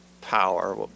power